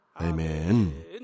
Amen